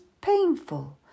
painful